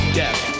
death